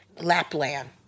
Lapland